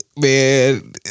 man